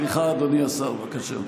סליחה, אדוני השר, בבקשה.